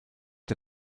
der